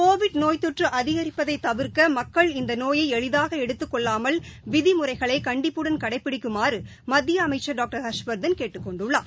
Covid நோய் தொற்றுஅதிகரிப்பதைதவிர்க்கமக்கள் இந்தநோயைஎளிதாகஎடுத்துக் கொள்ளாமல் விதிமுறைகளைகண்டிப்புடன் கடைபிடிக்குமாறுமத்தியஅமைச்சர் டாக்டர் ஹர்ஷ்வர்தன் கேட்டுக் கொண்டுள்ளார்